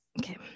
Okay